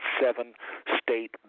seven-state